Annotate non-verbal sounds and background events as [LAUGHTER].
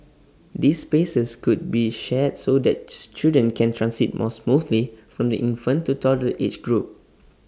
these spaces could be shared so that [UNINTELLIGIBLE] children can transit more smoothly from the infant to toddler age group